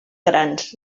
grans